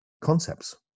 concepts